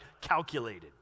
calculated